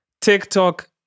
TikTok